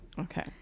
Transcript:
Okay